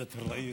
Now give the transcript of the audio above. תפדל,